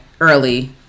early